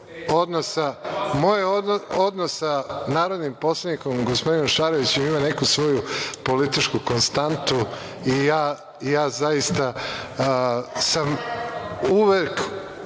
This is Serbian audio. odnos sa narodnim poslanikom, gospodinom Šarovićem, ima neku svoju političku konstantu i ja zaista sam uvek